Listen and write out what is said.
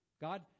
God